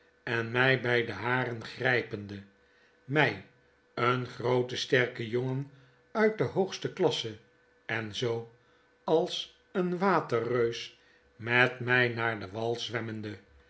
en mg bg de haren grgpende mij een grooten sterken jongen uit de hoogste klasse en zoo als een waterreus met my naar den wal